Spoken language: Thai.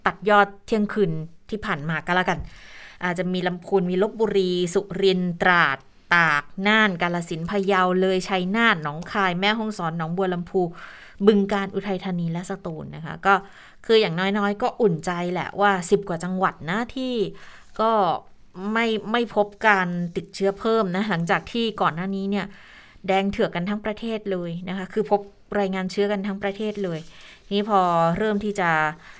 ตัดยอดเที่ยงคืนที่ผ่านมากันละกัน อาจจะมีลำพูน มีลพบุรี สุรินทร์ ตราด ตาก น่าน กาฬสินธุ์ พะเยา เลย ชัยนาท หนองคาย แม่ฮ่องสอน หนองบัวลำพู บึงกาฬ อุทัยธานี และสตูลนะคะ ก็คืออย่างน้อยๆ ก็อุ่นใจแหละว่าสิบกว่าจังหวัดนะ ที่ก็ไม่- ไม่พบการติดเชื้อเพิ่มนะ หลังจากที่ก่อนหน้านี้เนี่ยแดงเถือกกันทั้งประเทศเลยนะคะ คือพบรายงานเชื้อกันทั้งประเทศเลย นี่พอเริ่มที่จะ